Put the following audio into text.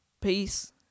peace